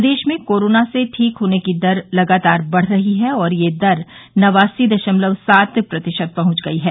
प्रदेश में कोरोना से ठीक होने की दर लगातार बढ़ रही है और यह दर नवासी दशमलव सात प्रतिशत पहुंच गई है